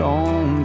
on